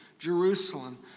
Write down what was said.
Jerusalem